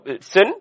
sin